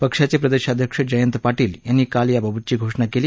पक्षाचे प्रदेशाध्यक्ष जयंत पाटील यांनी काल याबाबतची घोषणा केली